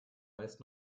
heißt